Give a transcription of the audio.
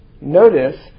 notice